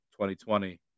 2020